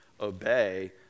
obey